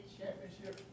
Championship